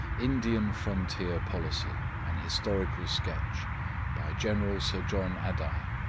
indian frontier policy an historical sketch by general sir john adye,